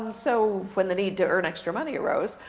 so when the need to earn extra money arose,